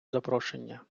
запрошення